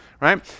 right